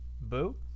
boo